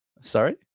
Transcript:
Sorry